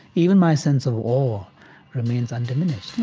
even my sense of awe awe remains undiminished